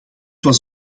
was